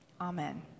Amen